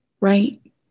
right